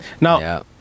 Now